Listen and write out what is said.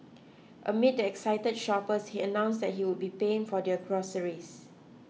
amid the excited shoppers he announced that he would be paying for their groceries